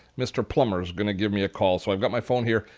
mr. plumber is going to give me a call so i've got my phone here.